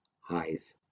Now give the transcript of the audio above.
highs